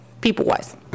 people-wise